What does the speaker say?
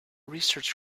research